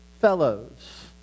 fellows